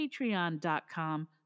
patreon.com